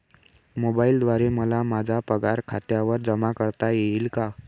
मोबाईलद्वारे मला माझा पगार खात्यावर जमा करता येईल का?